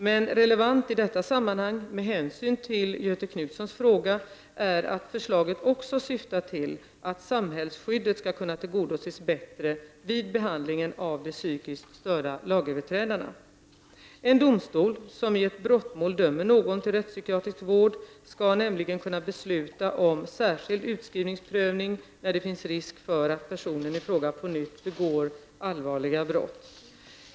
Men relevant i detta sammanhang med hänsyn till Göthe Knutsons fråga är att förslaget också syftar till att samhällsskyddet skall kunna tillgodoses bättre vid behandlingen av de psykiskt störda lagöverträdarna. En domstol, som i ett brottmål dömer någon till rättspsykiatrisk vård, skall nämligen kunna besluta om särskild utskrivningsprövning när det finns risk för att personen i fråga på nytt begår allvarliga brott.